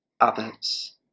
others